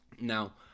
Now